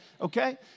Okay